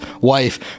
wife